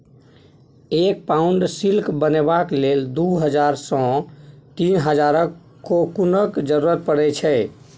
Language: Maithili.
एक पाउंड सिल्क बनेबाक लेल दु हजार सँ तीन हजारक कोकुनक जरुरत परै छै